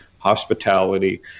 hospitality